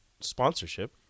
sponsorship